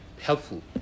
helpful